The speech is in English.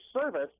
service